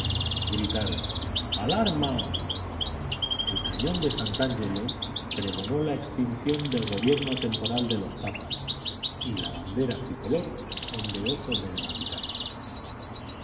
gritaron al arma el cañón de sant angelo pregonó la extinción del gobierno temporal de los papas y la bandera tricolor ondeó sobre el vaticano